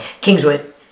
Kingswood